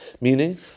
meaning